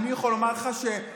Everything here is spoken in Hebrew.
אני יכול לומר לך שהשנאה,